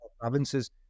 provinces